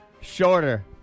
Shorter